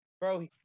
Bro